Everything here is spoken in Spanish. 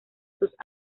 sus